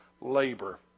Labor